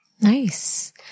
Nice